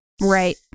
Right